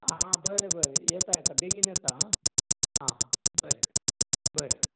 हां बरें बरें येता येता बेगीन येता हां आं बरें बरें